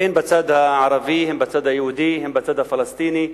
הן בצד הערבי, הן בצד היהודי, הן בצד הפלסטיני,